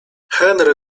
henry